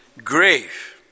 Grave